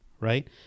right